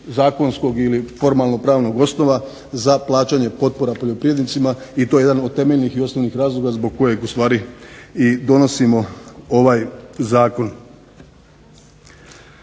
zakonskog ili formalno-pravnog osnova za plaćanje potpora poljoprivrednicima i to je jedan od temeljnih i osnovnih razloga zbog kojeg u stvari i donosimo ovaj zakon.